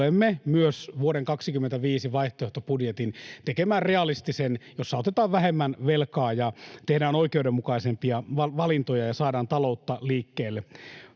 realistisen vuoden 25 vaihtoehtobudjetin, jossa otetaan vähemmän velkaa ja tehdään oikeudenmukaisempia valintoja ja saadaan taloutta liikkeelle.